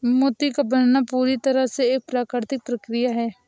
मोती का बनना पूरी तरह से एक प्राकृतिक प्रकिया है